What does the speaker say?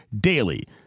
DAILY